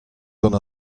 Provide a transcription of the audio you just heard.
gant